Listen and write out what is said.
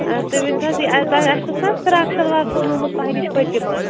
تُہۍ ؤنۍتو حظ یہِ تۄہہِ اَسہِ اوس نَہ حظ فراک شَلوار سُونومُت تۄہہِ نِش پٔتِم